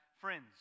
friends